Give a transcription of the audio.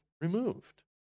removed